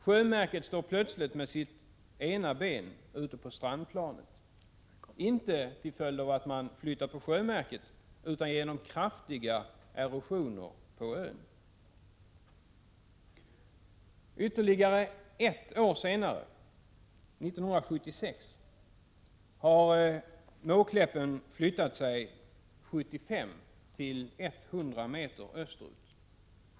Sjömärket står plötsligt med sitt ena ben ute på strandplanet — inte till följd av att man flyttat på sjömärket, utan på grund av kraftig erosion på ön. Ytterligare ett år senare, 1976, har Måkläppen flyttat sig 75—100 meter österut.